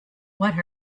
what